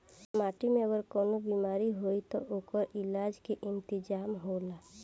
माटी में अगर कवनो बेमारी होई त ओकर इलाज के इंतजाम होला